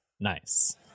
nice